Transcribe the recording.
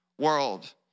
world